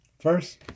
First